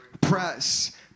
press